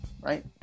right